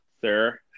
sir